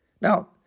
Now